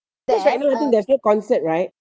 cause right now I think there's no concert right